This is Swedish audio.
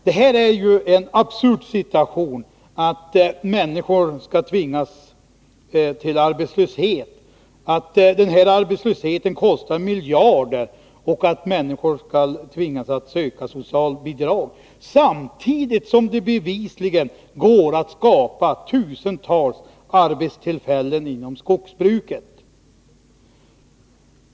Det är en absurd situation att människor skall tvingas till arbetslöshet, en arbetslöshet som kostar miljarder. Människor tvingas att söka socialbidrag, samtidigt som det bevisligen går att skapa tusentals arbetstillfällen inom skogsbruket.